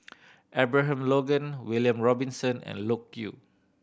Abraham Logan William Robinson and Loke Yew